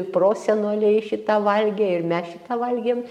prosenoliai šitą valgė ir mes šitą valgėm